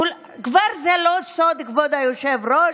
זה כבר לא סוד, אדוני היושב-ראש,